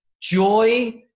joy